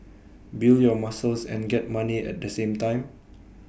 build your muscles and get money at the same time